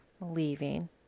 leaving